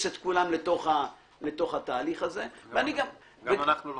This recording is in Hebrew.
את כולם לתוך התהליך הזה -- גם אנחנו לא.